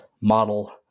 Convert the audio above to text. model